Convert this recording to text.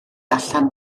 allan